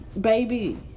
baby